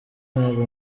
nabwo